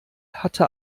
hatte